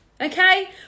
okay